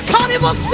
Carnival